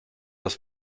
das